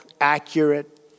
accurate